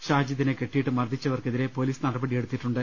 ഷാജിദിനെ കെട്ടിയിട്ട് മർദിച്ചവർക്ക് എതിരെ പോലീസ് നടപടി എടുത്തിട്ടുണ്ട്